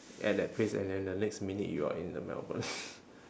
at that place and then the next minute you are in the melbourne